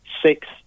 six